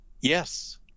Yes